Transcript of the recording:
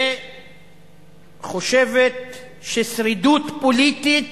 וחושבת ששרידות פוליטית